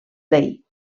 dei